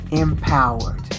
empowered